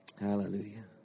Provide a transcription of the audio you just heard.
Hallelujah